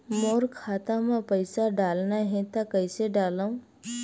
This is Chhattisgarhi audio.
मोर खाता म पईसा डालना हे त कइसे डालव?